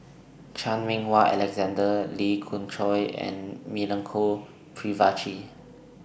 Chan Meng Wah Alexander Lee Khoon Choy and Milenko Prvacki